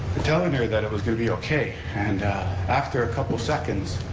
and telling her that it was going to be okay, and after a couple seconds